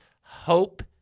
hope